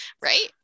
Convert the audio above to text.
right